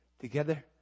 together